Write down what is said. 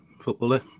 footballer